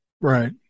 right